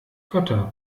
götter